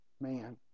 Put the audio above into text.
man